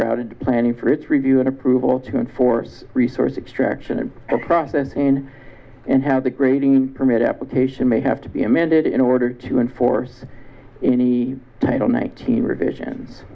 routed to planning for its review and approval to enforce resource extraction process and how the grading permit application may have to be amended in order to enforce any title nineteen revision